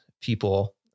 people